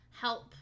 help